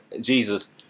jesus